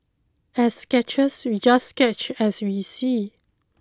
as sketchers we just sketch as we see